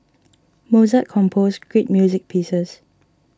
Mozart composed great music pieces